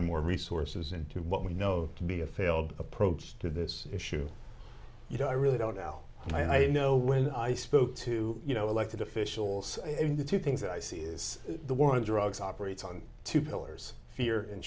and more resources into what we know to be a failed approach to this issue you know i really don't al and i you know when i spoke to you know elected officials in the two things that i see is the war on drugs operates on two pillars of fear and